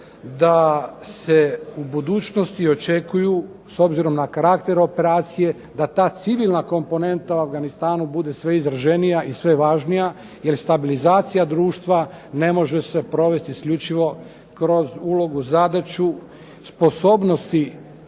da se u budućnosti očekuju s obzirom na karakter operacije da ta civilna komponenta u Afganistanu bude sve izraženija i važnija, jer stabilizacija društva ne može se provesti isključivo kroz ulogu zadaću sposobnosti